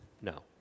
No